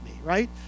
Right